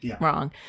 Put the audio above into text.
wrong